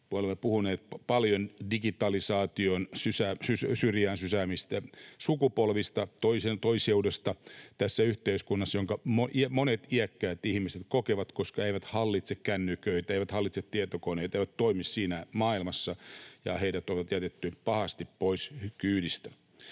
Olemme puhuneet paljon digitalisaation syrjään sysäämistä sukupolvista, toiseudesta tässä yhteiskunnassa. Sitä monet iäkkäät ihmiset kokevat, koska eivät hallitse kännyköitä, eivät hallitse tietokoneita, eivät toimi siinä maailmassa, ja heidät on jätetty pahasti pois kyydistä.